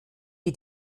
wir